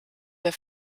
der